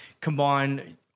combine